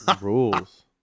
rules